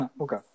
okay